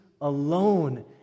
alone